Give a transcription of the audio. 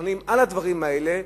שמתכננים לדברים האלה,